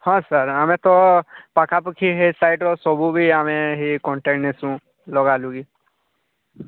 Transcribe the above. ହଁ ସାର୍ ଆମେ ତ ପାଖାପାଖି ହେଇ ସାଇଟ୍ର ସବୁ ବି ଆମେ କଣ୍ଟାକ୍ଟ ନେଉଛୁ ଲଗା ଲୁଗି